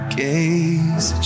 gaze